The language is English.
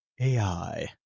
AI